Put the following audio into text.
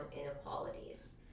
inequalities